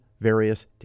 various